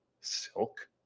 silk